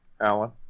Alan